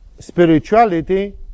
Spirituality